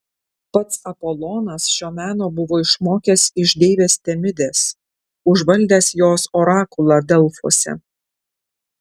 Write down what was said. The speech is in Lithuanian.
pats apolonas šio meno buvo išmokęs iš deivės temidės užvaldęs jos orakulą delfuose